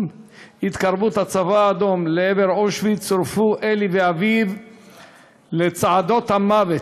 עם התקרבות הצבא האדום לעבר אושוויץ צורפו אלי ואביו לצעדת המוות,